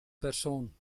persoon